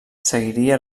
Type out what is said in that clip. seguiria